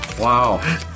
Wow